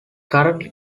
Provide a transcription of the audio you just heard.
currently